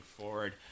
forward